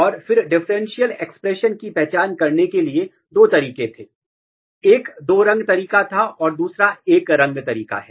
और फिर differential expression की पहचान करने के लिए दो तरीके थे एक दो रंग तरीका था और दूसरा एक रंग तरीका है